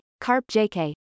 CARP-JK